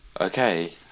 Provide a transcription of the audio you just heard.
Okay